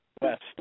west